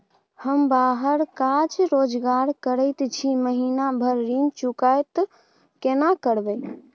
हम बाहर काज रोजगार करैत छी, महीना भर ऋण चुकता केना करब?